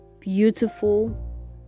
beautiful